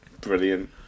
brilliant